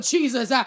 Jesus